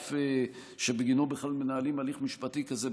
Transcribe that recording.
ברף שבגינו בכלל מנהלים הליך משפטי כזה,